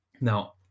Now